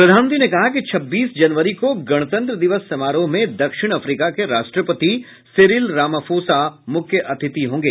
प्रधानमंत्री ने कहा कि छब्बीस जनवरी को गणतंत्र दिवस समारोह में दक्षिण अफ्रीका के राष्ट्रपति सिरिल रामाफोसा मुख्य अतिथि होंगे